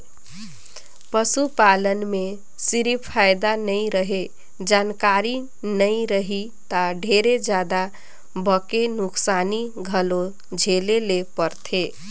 पसू पालन में सिरिफ फायदा नइ रहें, जानकारी नइ रही त ढेरे जादा बके नुकसानी घलो झेले ले परथे